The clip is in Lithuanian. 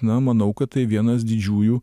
na manau kad tai vienas didžiųjų